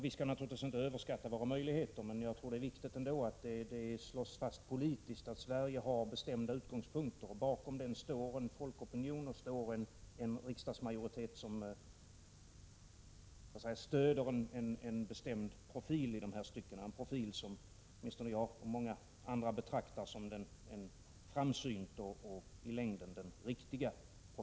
Vi skall naturligtvis inte överskatta våra möjligheter att påverka utvecklingen, men jag tror ändå att det är viktigt att det politiskt slås fast att Sverige har bestämda utgångspunkter bakom vilka står en svensk folkopinion och en riksdagsmajoritet, som stöder tanken på en bestämd profil i dessa stycken, en profil som åtminstone jag och säkert många andra betraktar som framsynt och i längden riktig.